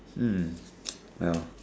hmm well